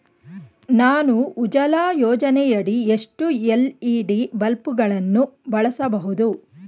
ನಾನು ಉಜಾಲ ಯೋಜನೆಯಡಿ ಎಷ್ಟು ಎಲ್.ಇ.ಡಿ ಬಲ್ಬ್ ಗಳನ್ನು ಬಳಸಬಹುದು?